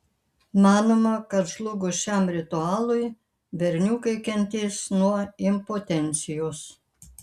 manoma kad žlugus šiam ritualui berniukai kentės nuo impotencijos